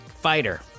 fighter